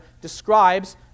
describes